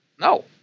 No